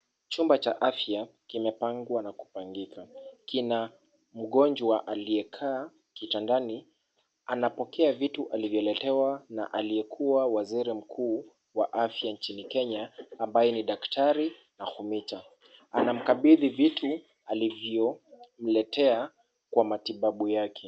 Chumba cha afya kimepangwa na kupangika. Kina mgonjwa aliyekaa kitandani anapokea vitu alivyoletewa na aliyekua waziri mkuu wa afya nchini kenya, ambaye ni daktari Nakhumicha. Anamkabidhi vitu alivyomletea kwa matibabu yake.